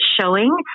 showing